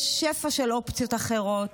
יש שפע של אופציות אחרות,